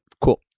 cool